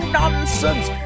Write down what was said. nonsense